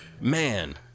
Man